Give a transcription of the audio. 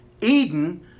Eden